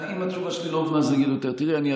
אם התשובה שלי לא הובנה, אז אני אגיד יותר טוב.